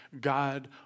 God